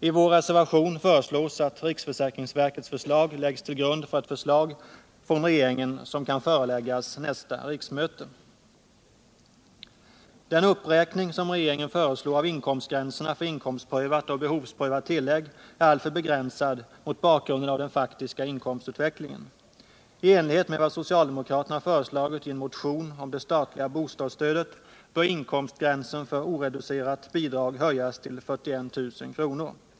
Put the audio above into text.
I vår reservation föreslås att riksförsäkringsverkets förslag läggs till grund för ett förslag från regeringen, som kan föreläggas nästa riksmöte. Den uppräkning som regeringen föreslår av inkomstgränserna för inkomstprövat och behovsprövat tillägg är alltför begränsad mot bakgrund av den faktiska inkomstutvecklingen. I enlighet med vad socialdemokraterna föreslagit i en motion om det statliga bostadsstödet bör inkomstgränsen för oreducerat bidrag höjas till 41 000 kr.